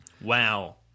Wow